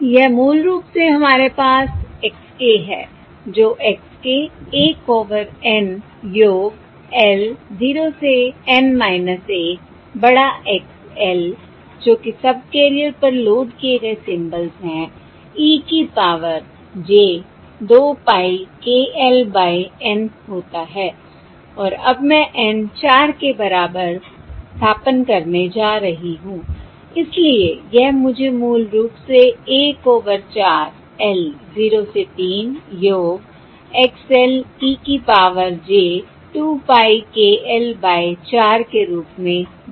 यह मूल रूप से हमारे पास x k है जो x k 1 ओवर N योग l 0 से N 1 बड़ा X l जो कि सबकैरियर पर लोड किए गए सिंबल्स है e की power j 2 pie k l by N होता है और अब मैं N चार के बराबर स्थानापन्न करने जा रही हूं इसलिए यह मुझे मूल रूप से 1 ओवर 4 l 0 से 3 योग X l e की power j 2 pie k l by 4 के रूप में दिया गया है